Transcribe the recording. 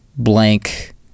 blank